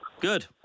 Good